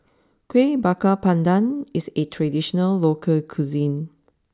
Kueh Bakar Pandan is a traditional local cuisine